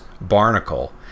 barnacle